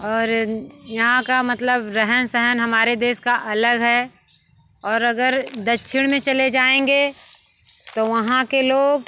और यहाँ का मतलब रहन सहन हमारे देश का अलग है और अगर दक्षिण में चले जाएंगे तो वहाँ के लोग